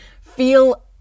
feel